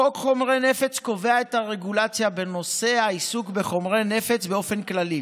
חוק חומרי נפץ קובע את הרגולציה בנושא העיסוק בחומרי נפץ באופן כללי.